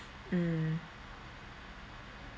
mm